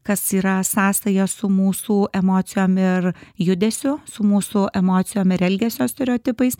kas yra sąsaja su mūsų emocijom ir judesiu su mūsų emocijom ir elgesio stereotipais